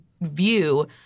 view